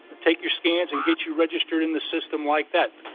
take your scans and get you registered in the system like that.